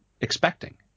expecting